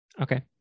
Okay